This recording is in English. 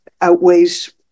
outweighs